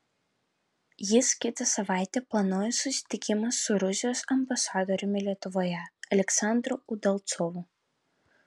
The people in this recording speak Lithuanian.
jis kitą savaitę planuoja susitikimą su rusijos ambasadoriumi lietuvoje aleksandru udalcovu